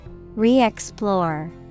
Re-explore